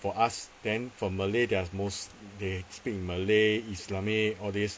for us then for malay they're most they speak malay islamic all this